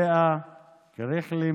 לאה קריכלי,